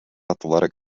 athletic